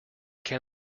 can